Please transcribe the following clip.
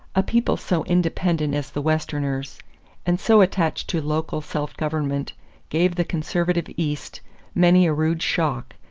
a people so independent as the westerners and so attached to local self-government gave the conservative east many a rude shock,